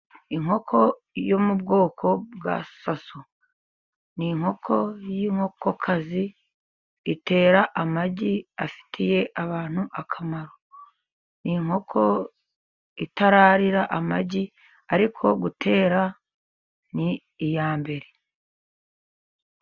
Inkoko yo mu bwoko bwa sasu, ni inkoko y'inkokokazi, itera amagi afitiye abantu akamaro. Ni inkoko itararira amagi, ariko gutera ni iya mbere.